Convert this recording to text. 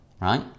right